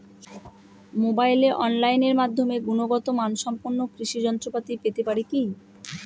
মোবাইলে অনলাইনের মাধ্যমে গুণগত মানসম্পন্ন কৃষি যন্ত্রপাতি পেতে পারি কি?